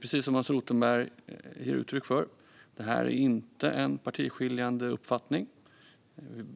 Precis som Hans Rothenberg ger uttryck för är det inte en partiskiljande uppfattning.